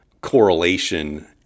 correlation